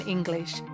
English